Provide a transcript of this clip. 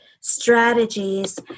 strategies